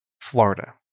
Florida